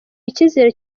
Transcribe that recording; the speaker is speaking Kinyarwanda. icyizere